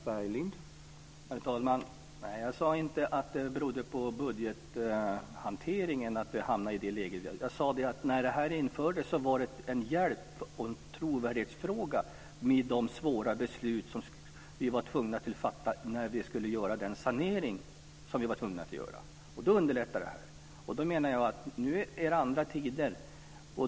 Herr talman! Jag sade inte att det berodde på budgethanteringen att vi hamnade i det läget. Jag sade att när det här infördes var det en hjälp och en trovärdighetsfråga i de svåra beslut som vi var tvungna att fatta när vi skulle göra den sanering som vi var tvungna att göra. Då underlättade det här. Men jag menar att nu är det andra tider.